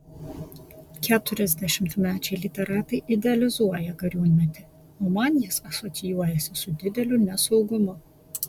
keturiasdešimtmečiai literatai idealizuoja gariūnmetį o man jis asocijuojasi su dideliu nesaugumu